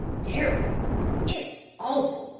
terrible it's awful,